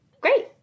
Great